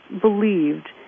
believed